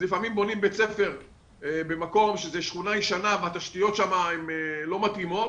לפעמים בונים בית ספר במקום שזו שכונה ישנה והתשתיות שם לא מתאימות,